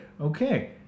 Okay